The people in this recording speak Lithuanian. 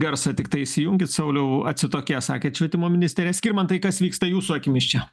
garsą tiktai įsijunkit sauliau atsitokės sakėt švietimo ministerija skirmantai kas vyksta jūsų akimis čia